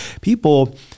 People